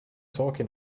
talking